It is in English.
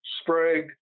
Sprague